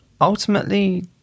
Ultimately